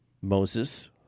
Moses